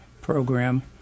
program